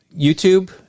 YouTube